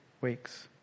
weeks